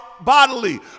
bodily